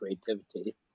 creativity